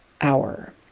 Hour